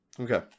Okay